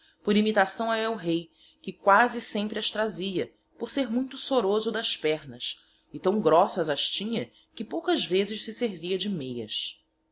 por imitação a el-rei que quasi sempre as trazia por ser muito soroso das pernas e tão grossas as tinha que poucas vezes se servia de meias